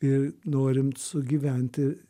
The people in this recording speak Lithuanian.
ir norim sugyventi